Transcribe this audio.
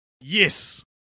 Yes